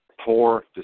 poor